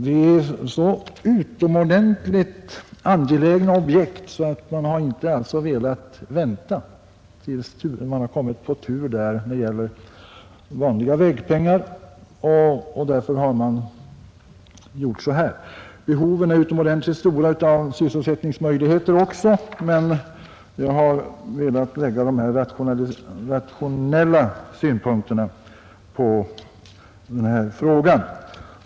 Det är så utomordentligt angelägna projekt att man inte har velat vänta till dess man har kommit på tur när det gäller vanliga vägpengar. Därför har man gjort så här. Behoven av sysselsättningsmöjligheter är också utomordentligt stora, men jag har velat lägga dessa mera rationella synpunkter på frågan.